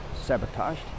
sabotaged